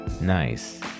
Nice